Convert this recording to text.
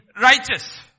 righteous